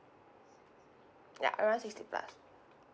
ya around sixty plus